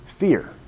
Fear